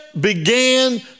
began